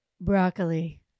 Broccoli